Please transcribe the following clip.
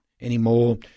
anymore